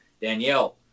Danielle